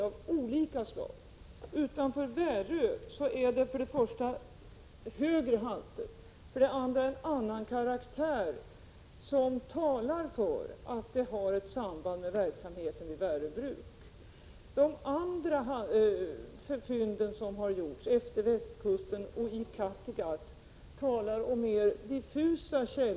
Vad gäller värdena utanför Värö kan för det första sägas att de är högre. För det andra har de en annan karaktär, och deras sammansättning talar för att de har ett samband med verksamheten vid Värö bruk. Vad gäller de andra fynd som har gjorts utefter västkusten och i Kattegatt är källorna mera diffusa.